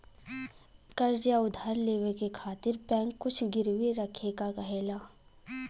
कर्ज़ या उधार लेवे खातिर बैंक कुछ गिरवी रखे क कहेला